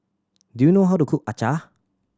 do you know how to cook acar